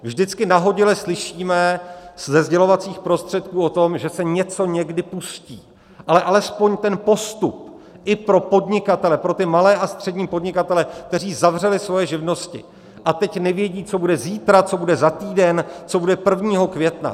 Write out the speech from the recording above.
Vždycky nahodile slyšíme ze sdělovacích prostředků o tom, že se něco někdy pustí, ale alespoň ten postup i pro podnikatele, pro ty malé a střední podnikatele, kteří zavřeli svoje živnosti a teď nevědí, co bude zítra, co bude za týden, co bude 1. května.